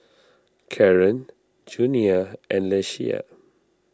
Caron Junia and Ieshia